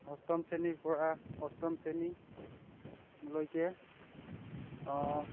ষষ্ঠম শ্ৰেণীৰ পৰা অষ্টম শ্ৰেণীলৈকে